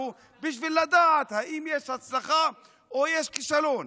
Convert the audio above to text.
בשביל לדעת אם יש הצלחה או יש כישלון.